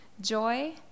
joy